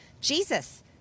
Jesus